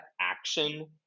action